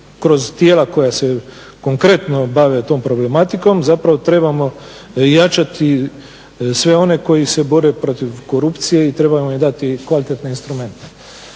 kroz tijela koja se konkretno bave tom problematikom zapravo trebamo jačati sve one koji se bore protiv korupcije i trebamo im dati kvalitetne instrumente.